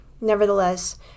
Nevertheless